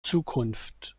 zukunft